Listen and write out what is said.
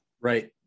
Right